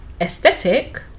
aesthetic